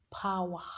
power